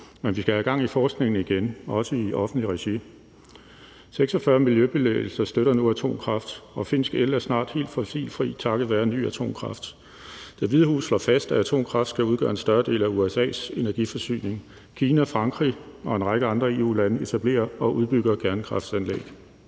men vi skal have gang i forskningen igen og også i offentligt regi. 46 miljøbevægelser støtter nu atomkraft, og finsk el er snart helt fossilfri takket være ny atomkraft. Det Hvide Hus slår fast, at atomkraft skal udgøre en større del af USA's energiforsyning. Kina, Frankrig og en række andre EU-lande etablerer og udbygger kernekraftanlæg.